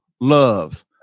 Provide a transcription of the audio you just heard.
love